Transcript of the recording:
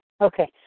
Okay